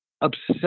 obsessed